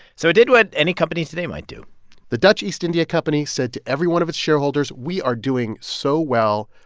so it did what any company today might do the dutch east india company said to every one of its shareholders, we are doing so well,